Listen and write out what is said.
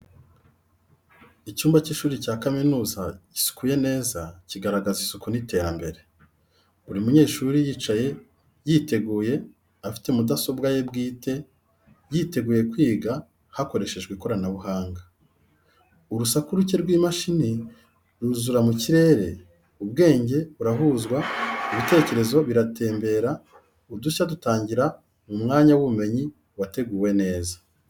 Icyumba cy’ishuri cya kaminuza gisukuye neza, kigaragaza isuku n’iterambere. Buri munyeshuri yicaye yiteguye, afite mudasobwa ye bwite, yiteguye kwiga, hakoreshejwe ikoranabuhanga. Urusaku ruke rw’imashini ruzura mu kirere, ubwenge burahuzwa, ibitekerezo biratembera, udushya dutangira mu mwanya w’ubumenyi wateguwe neza.